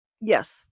Yes